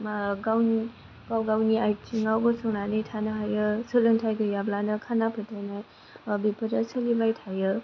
गावनि गाव गावनि आथिंआव गसंनानै थानो हायो सोलोंथाइ गैयाब्लानो खाना फोथाइनाय बेफोरो सोलिबाय थायो